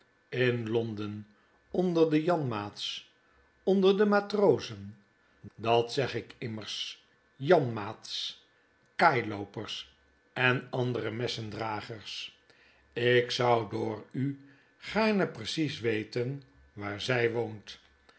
in londen onder de janmaats onder de matrozen dat zeg ik immers janmaats kaailoopers en andere messendragers ik zou door u gaarne precies weten waar zy woont